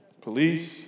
Police